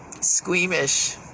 squeamish